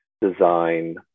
design